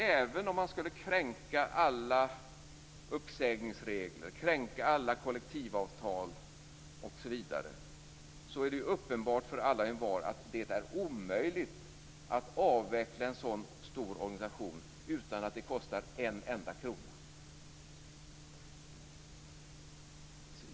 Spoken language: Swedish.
Även om man skulle kränka alla uppsägningsregler, kränka alla kollektivavtal osv. är det uppenbart för alla och envar att det är omöjligt att avveckla en så stor organisation utan att det kostar en enda krona.